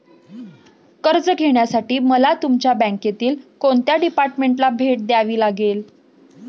कर्ज घेण्यासाठी मला तुमच्या बँकेतील कोणत्या डिपार्टमेंटला भेट द्यावी लागेल?